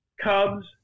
Cubs